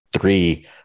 three